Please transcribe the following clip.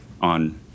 on